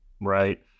right